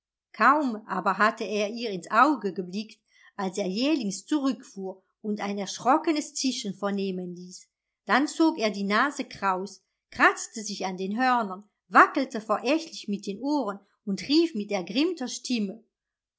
kaum aber hatte er ihr ins auge geblickt als er jählings zurückfuhr und ein erschrockenes tische vernehmen ließ dann zog er die nase kraus kratzte sich an den hörnern wackelte verächtlich mit den ohren und rief mit ergrimmter stimme